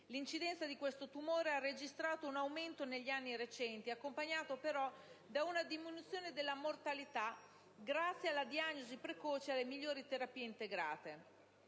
L'incidenza di questo tumore ha registrato un aumento negli anni recenti, accompagnato però da una diminuzione della mortalità, grazie alla diagnosi precoce e all'utilizzo di migliori terapie integrate.